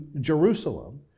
Jerusalem